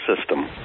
system